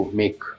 make